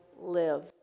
live